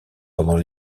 pendant